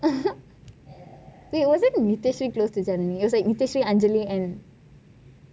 wait wasnt nityashree close to janani it was like nityashree anjali and